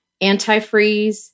antifreeze